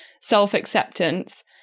self-acceptance